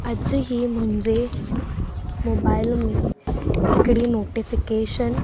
अॼु ई मुंहिंजे मोबाइल में हिकिड़ी नोटीफिकेशन